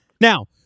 now